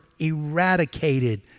eradicated